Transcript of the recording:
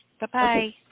Bye-bye